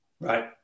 Right